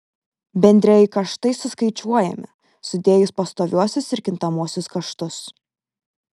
bendrieji kaštai suskaičiuojami sudėjus pastoviuosius ir kintamuosius kaštus